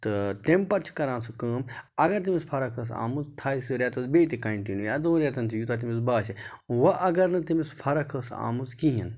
تہٕ تٚمۍ پَتہٕ چھِ کَران سُہ کٲم اگر تٔمِس فرق ٲس آمٕژ تھاے سُہ رٮ۪تَس بیٚیہِ تہِ کَنٹِنیوٗ یا دۄن رٮ۪تَن تہ یوٗتاہ تٔمِس باسہِ وَ اگر نہٕ تٔمِس فرق ٲس آمٕژ کِہیٖنۍ